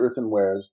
earthenwares